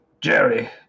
Jerry